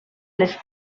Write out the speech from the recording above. les